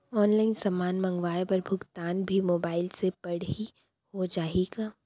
Online समान मंगवाय बर भुगतान भी मोबाइल से पड़ही हो जाही का?